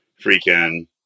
freaking